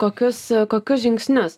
kokius kokius žingsnius